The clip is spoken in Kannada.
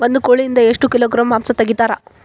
ಒಂದು ಕೋಳಿಯಿಂದ ಎಷ್ಟು ಕಿಲೋಗ್ರಾಂ ಮಾಂಸ ತೆಗಿತಾರ?